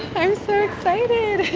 i'm so excited